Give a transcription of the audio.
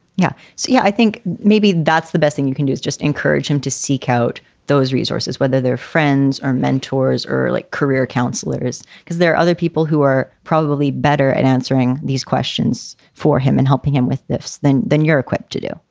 yeah. so, yeah, i think maybe that's the best thing you can do is just encourage him to seek out those resources, whether they're friends or mentors, early like career counselors, because there are other people who are probably better at answering these questions for him and helping him with this. then then you're equipped to do.